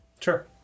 sure